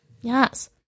Yes